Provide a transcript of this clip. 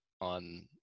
on